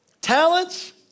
talents